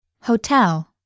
Hotel